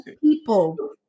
people